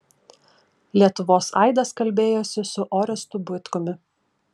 lietuvos aidas kalbėjosi su orestu buitkumi